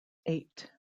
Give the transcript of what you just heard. eight